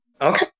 Okay